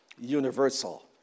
Universal